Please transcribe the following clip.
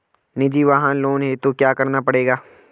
निजी वाहन लोन हेतु क्या करना पड़ेगा?